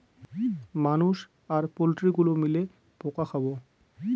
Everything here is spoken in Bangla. মানুষ আর পোল্ট্রি গুলো মিলে পোকা খাবো